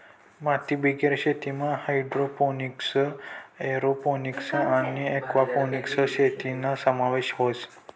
मातीबिगेर शेतीमा hydroponics, aeroponics आणि एक्वापोनिक्स शेतीना समावेश व्हस